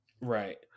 right